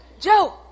Joe